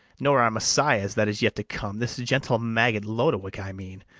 nor our messias that is yet to come this gentle maggot, lodowick, i mean,